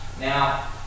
Now